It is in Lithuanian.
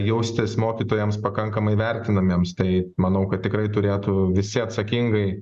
jaustis mokytojams pakankamai vertinamiems tai manau kad tikrai turėtų visi atsakingai